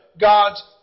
God's